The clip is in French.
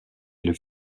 est